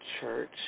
church